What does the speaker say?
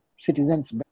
citizens